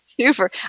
Super